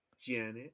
Janet